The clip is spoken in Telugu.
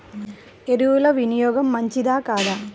ఎరువుల వినియోగం మంచిదా కాదా?